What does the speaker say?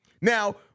Now